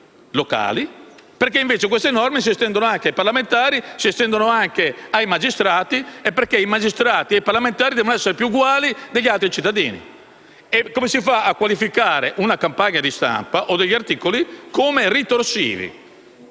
locali - perché queste norme si estendono anche ai parlamentari e ai magistrati e perché i parlamentari e i magistrati devono essere più uguali degli altri cittadini. Come si fa a qualificare una campagna di stampa o degli articoli come ritorsivi?